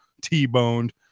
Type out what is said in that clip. T-boned